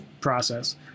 process